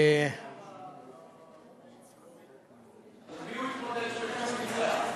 מול מי הוא התמודד שהוא ניצח?